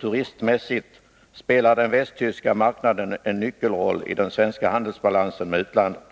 turistmässigt spelar den västtyska marknaden en nyckelroll i den svenska handelsbalansen med utlandet.